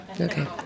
Okay